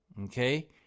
okay